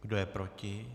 Kdo je proti?